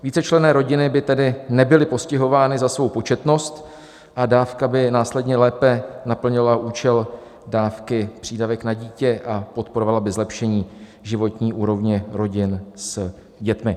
Vícečlenné rodiny by tedy nebyly postihovány za svou početnost a dávka by následně lépe naplnila účel dávky přídavek na dítě a podporovala by zlepšení životní úrovně rodin s dětmi.